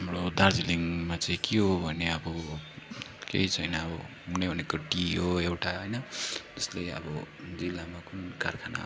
हाम्रो दार्जिलिङमा चाहिँ के हो भने अब केही छैन अब हुने भनेको टी हो एउटा होइन जसले अब जिल्लामा कुनै कारखाना